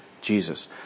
Jesus